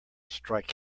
strike